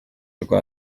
rwa